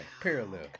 parallel